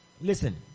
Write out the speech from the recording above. Listen